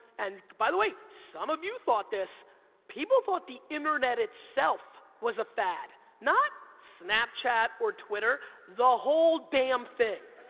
and by the way, some of you thought this people thought the internet itself was a fad, not snapchat or twitter, the whole damn thing.